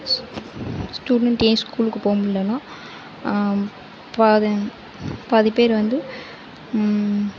student ஏன் ஸ்கூலுக்கு போக முடிலன்னா பாதி பேர் வந்து